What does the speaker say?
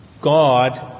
God